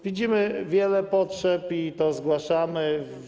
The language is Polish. Widzimy wiele potrzeb i je zgłaszamy.